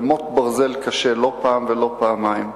במוט ברזל קשה, לא פעם ולא פעמיים,